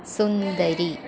सुन्दरी